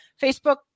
Facebook